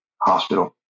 Hospital